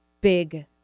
big